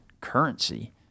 currency